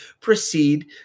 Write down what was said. proceed